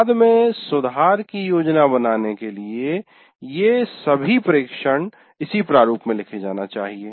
बाद में सुधार की योजना बनाने के लिए ये सभी प्रेक्षण इस प्रारूप में लिखे जाना चाहिए